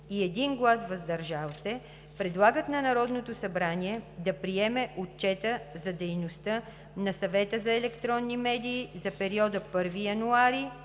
и 1 глас „въздържал се“ предлагат на Народното събрание да приеме Отчета за дейността на Съвета за електронни медии за периода 1 януари